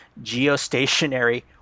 Geostationary